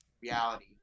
reality